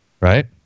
Right